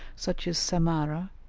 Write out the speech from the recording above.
such as samara,